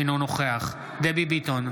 אינו נוכח דבי ביטון,